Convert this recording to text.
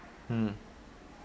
mm